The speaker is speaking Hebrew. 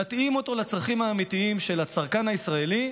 נתאים אותם לצרכים האמיתיים של הצרכן הישראלי,